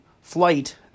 flight